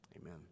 Amen